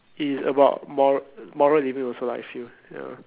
its about moral moral living also lah I feel